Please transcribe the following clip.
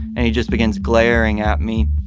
and he just begins glaring at me.